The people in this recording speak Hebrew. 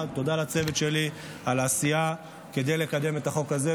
ותודה לצוות שלי על העשייה כדי לקדם את החוק הזה,